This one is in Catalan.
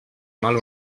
mal